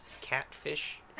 Catfish